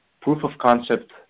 proof-of-concept